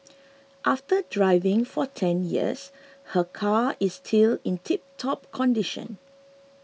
after driving for ten years her car is still in tiptop condition